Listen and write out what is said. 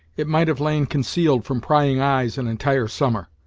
it might have lain concealed from prying eyes an entire summer.